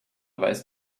weißt